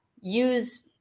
use